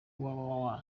www